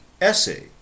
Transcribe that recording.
essay